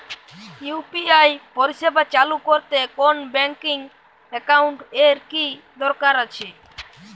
UPI পরিষেবা চালু করতে কোন ব্যকিং একাউন্ট এর কি দরকার আছে?